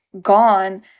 gone